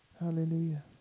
Hallelujah